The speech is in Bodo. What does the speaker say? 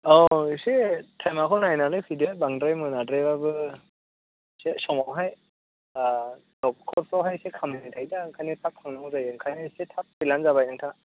औ एसे टाइमखौ नायनानै फैदो बांद्राय मोनाद्रायबाबो एसे समावहाय न'खरफ्रावहाय एसे खामानि थायोदा ओंखायनो थाब थांनांगौ जायो ओंखायनो एसे थाब फैब्लानो जाबाय नोंथाङा